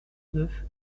neuf